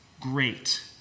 Great